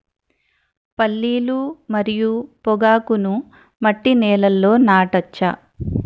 పల్లీలు మరియు పొగాకును మట్టి నేలల్లో నాట వచ్చా?